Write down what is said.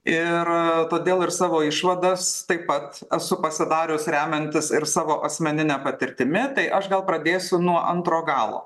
ir a todėl ir savo išvadas taip pat esu pasidarius remiantis ir savo asmenine patirtimi tai aš gal pradėsiu nuo antro galo